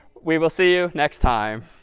we will see you next time.